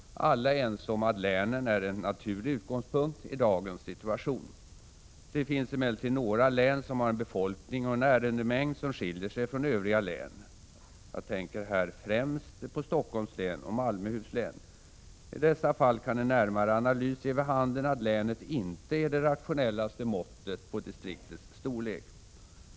Alla är ense om att länen är en naturlig utgångspunkt i dagens situation. Det finns emellertid några län som har en befolkning och en ärendemängd som skiljer sig från övriga län. Jag tänker här främst på Stockholms län och Malmöhus län. I dessa fall kan en närmare analys ge vid handen att länet inte är det rationellaste måttet på distriktets storlek.